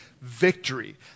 victory